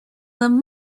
them